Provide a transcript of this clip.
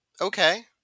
Okay